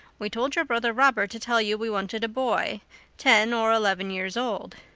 we told your brother robert to tell you we wanted a boy ten or eleven years old.